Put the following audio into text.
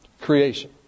Creation